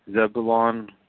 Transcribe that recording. Zebulon